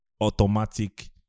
automatic